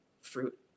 fruit